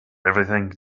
everything